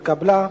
התקבלה.